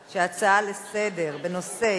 ההצעה להפוך את הצעת חוק העונשין ((תיקון,